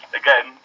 again